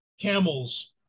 camels